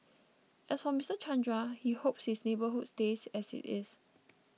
as for Mister Chandra he hopes his neighbourhood stays as it is